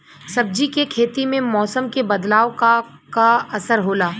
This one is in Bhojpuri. सब्जी के खेती में मौसम के बदलाव क का असर होला?